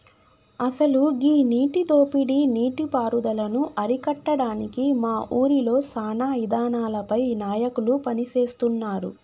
అసలు గీ నీటి దోపిడీ నీటి పారుదలను అరికట్టడానికి మా ఊరిలో సానా ఇదానాలపై నాయకులు పని సేస్తున్నారు